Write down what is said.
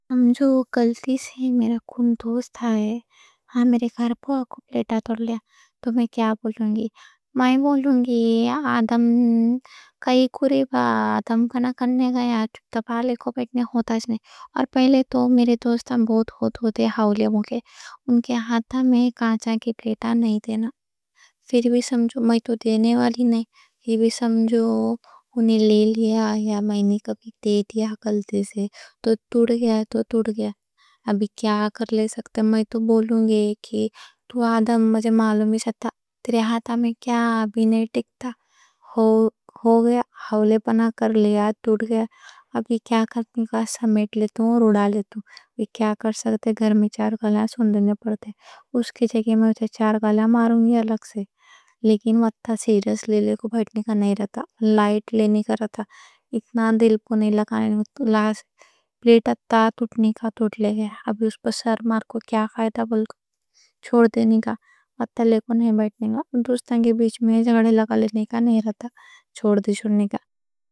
سمجھو، کلتی سے میرا کونوں دوستا ہاں، میرے گھر پہ آ کے پلیٹا توڑ لیا، تو میں کیا بولوں گی۔ میں بولوں گی، آدم کائیں کرے گا۔ پہلے تو میرے دوستاں بہت ہاؤلے، ان کے ہاتھ میں کانچا کی پلیٹا نہیں دینا، پھر بھی سمجھو، میں تو دینے والی نہیں۔ یہ بھی سمجھو، انہیں لے لیا یا میں نے کبھی دے دیا کلتی سے، تو ٹوٹ گیا، تو ٹوٹ گیا۔ ہولے پنا کر لیا، ٹوٹ گیا، ابھی کیا کرنے گا؟ سمیٹ لیتوں اور اُڑا لیتوں، ابھی کیا کر سکتے ہیں۔ گھر میں چار گالیاں سننے پڑتے ہیں، اس کی جگہ میں چار گالیاں ماروں گی الگ سے۔ لیکن وہ تھا سیریوس لی لینے کا نہیں رہتا، لائٹ لینے کا رہتا۔ اتنا دل کو نہیں لگانے کے، پلیٹا ٹوٹنے کا، ٹوٹ لے گا۔ بلکہ چھوڑ دینے کا، اتّا لے کو نہیں بیٹھنے کا، دوستان کے بیچ میں جھگڑے لگا لینے کا نہیں رہتا، چھوڑ دی، چھوڑنے کا۔